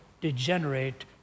degenerate